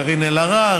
קארין אלהרר,